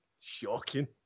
shocking